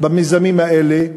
במיזמים האלה.